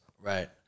Right